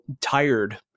tired